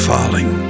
Falling